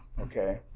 okay